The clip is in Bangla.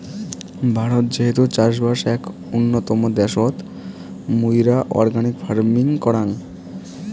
ভারত যেহেতু চাষবাস এক উন্নতম দ্যাশোত, মুইরা অর্গানিক ফার্মিং করাং